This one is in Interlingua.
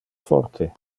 forte